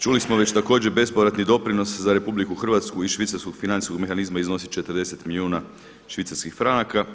Čuli smo već također bespovratni doprinos za RH iz švicarskog financijskog mehanizma iznosi 40 milijuna švicarskih franaka.